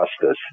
justice